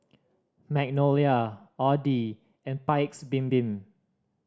Magnolia Audi and Paik's Bibim